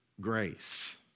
grace